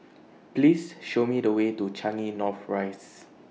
Please Show Me The Way to Changi North Rise